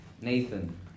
Nathan